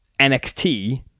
NXT